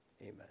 amen